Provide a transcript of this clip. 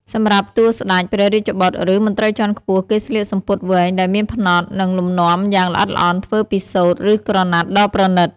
សម្រាប់តួស្តេច ព្រះរាជបុត្រ ឬមន្ត្រីជាន់ខ្ពស់ គេស្លៀកសំពត់វែងដែលមានផ្នត់ និងលំនាំយ៉ាងល្អិតល្អន់ធ្វើពីសូត្រ ឬក្រណាត់ដ៏ប្រណីត។